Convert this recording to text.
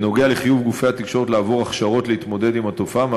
בנוגע לחיוב גופי התקשורת לעבור הכשרות להתמודד עם התופעה,